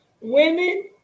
Women